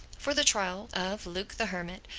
for the trial of luke the hermit,